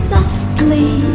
Softly